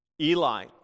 Eli